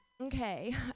okay